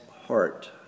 heart